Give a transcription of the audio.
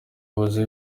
umuyobozi